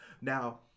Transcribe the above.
Now